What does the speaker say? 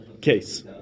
case